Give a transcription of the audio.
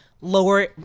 lower